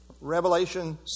Revelation